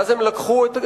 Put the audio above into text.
ואז הם לקחו את הקתולים,